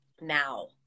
now